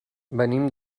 venim